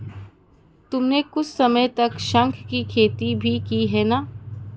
तुमने कुछ समय तक शंख की खेती भी की है ना?